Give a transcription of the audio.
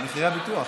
על מחירי הביטוח.